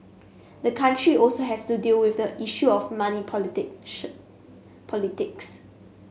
the country also has to deal with the issue of money politic should politics